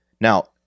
Now